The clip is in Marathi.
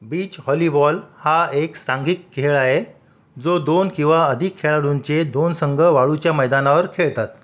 बीच हॉलीबॉल हा एक सांघिक खेळ आहे जो दोन किंवा अधिक खेळाडूंचे दोन संघ वाळूच्या मैदानावर खेळतात